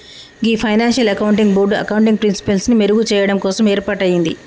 గీ financial accounting board accounting ప్రిన్సిపిల్సి మెరుగు చెయ్యడం కోసం ఏర్పాటయింది